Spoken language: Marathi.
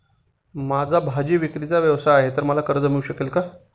माझा भाजीविक्रीचा व्यवसाय आहे तर मला कर्ज मिळू शकेल का?